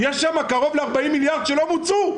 יש שם קרוב ל-40 מיליארד שלא מוצו.